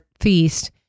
feast